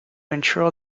ensure